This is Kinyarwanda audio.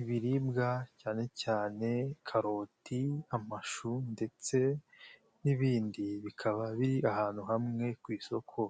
Ibiribwa cyane cyane karoti, amashu, ndetse n'ibindi bikaba biri ahantu hamwe ku isoko.